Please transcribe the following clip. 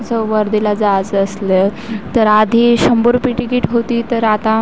जसं वर्देला जायचं असलं तर आधी शंभर रुपये टिकीट होती तर आता